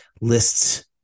lists